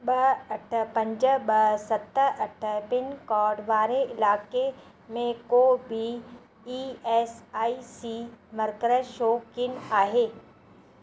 ॿ अठ पंज ॿ सत अठ पिनकोड वारे इलाइक़े में को B E S I C मर्कज़ु छो कीन आहे